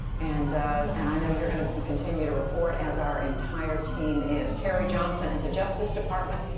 and and i know you're going to continue to report, as our entire team is. carrie johnson at the justice department,